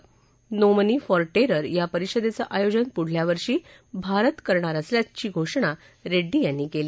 no money for terror या परिषदेचं आयोजन पुढच्या वर्षी भारत करणार असल्याचं घोषणा रेङ्डी यांनी केली